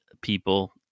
people